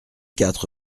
quatre